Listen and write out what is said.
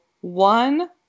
one